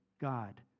God